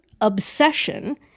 obsession